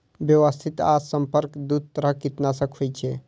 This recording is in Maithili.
व्यवस्थित आ संपर्क दू तरह कीटनाशक होइ छै